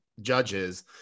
judges